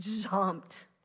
jumped